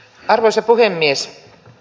arvoisa puhemies